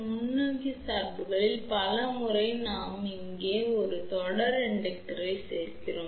முன்னோக்கி சார்புகளில் பல முறை நாம் இங்கே தொடர் தூண்டியைச் சேர்க்கிறோம்